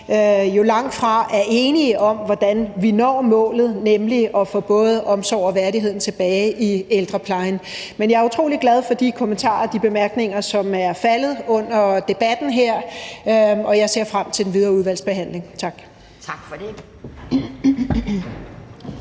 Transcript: vi langtfra er enige om, hvordan vi når målet, nemlig at få både omsorgen og værdigheden tilbage i ældreplejen, men jeg er utrolig glad for de kommentarer og de bemærkninger, som er faldet under debatten her, og jeg ser frem til den videre udvalgsbehandling. Tak.